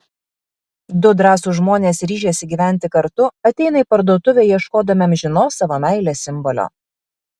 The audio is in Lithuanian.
du drąsūs žmonės ryžęsi gyventi kartu ateina į parduotuvę ieškodami amžinos savo meilės simbolio